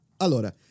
Allora